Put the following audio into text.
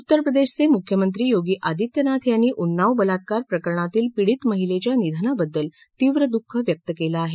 उत्तरप्रदेशचे मुख्यमंत्री योगी आदित्यनाथ यांनी उन्नाव बलात्कार प्रकरणातील पीडित महिलेच्या निधनाबद्दल तीव्र दुःख व्यक्त केलं आहे